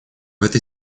этой